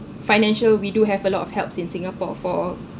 financial we do have a lot of helps in singapore for